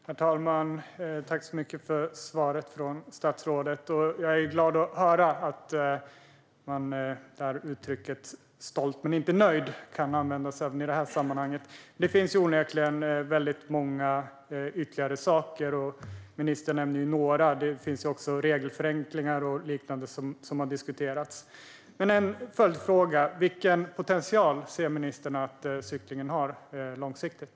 Herr talman! Tack så mycket för svaret från statsrådet! Jag är glad att höra att uttrycket stolt men inte nöjd kan användas även i detta sammanhang. Det finns onekligen många ytterligare saker, varav ministern nämnde några. Det finns också regelförenklingar och liknande som har diskuterats. Jag har en följdfråga: Vilken potential ser ministern att cyklingen har långsiktigt?